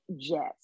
jets